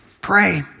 pray